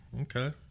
Okay